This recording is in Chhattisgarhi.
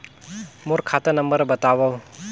मोर खाता नम्बर बताव?